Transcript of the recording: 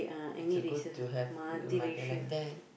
is a good to have mother like that